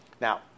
Now